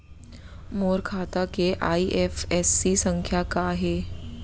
मोर खाता के आई.एफ.एस.सी संख्या का हे?